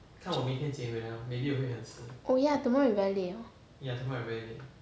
oh ya tomorrow you very late hor